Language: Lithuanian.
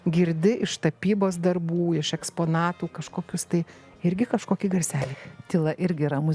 girdi iš tapybos darbų iš eksponatų kažkokius tai irgi kažkokį garselį tyla irgi yra muzi